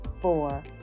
four